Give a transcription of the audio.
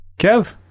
Kev